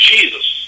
Jesus